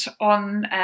on